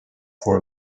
for